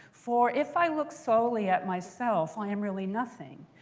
for if i look solely at myself, i am really nothing.